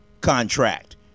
contract